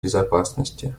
безопасности